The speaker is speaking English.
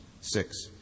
Six